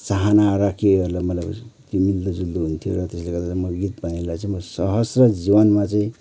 चाहना र केहरूलाई मलाई त्यो मिल्दो जुल्दो हुन्थ्यो र त्यसले गर्दा चाहिँ त्यो गीत भन्नेलाई चाहिँ सहज र जीवनमा चाहिँ